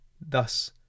Thus